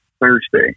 Thursday